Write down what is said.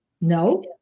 No